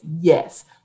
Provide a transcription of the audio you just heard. Yes